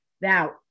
Now